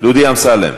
דודי אמסלם,